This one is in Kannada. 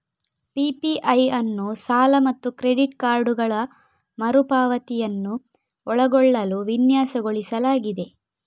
ಪಿ.ಪಿ.ಐ ಅನ್ನು ಸಾಲ ಮತ್ತು ಕ್ರೆಡಿಟ್ ಕಾರ್ಡುಗಳ ಮರು ಪಾವತಿಯನ್ನು ಒಳಗೊಳ್ಳಲು ವಿನ್ಯಾಸಗೊಳಿಸಲಾಗಿದೆ